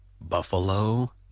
Buffalo